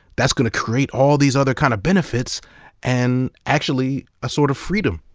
that's gonna create all these other kind of benefits and actually a sort of freedom.